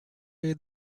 day